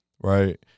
right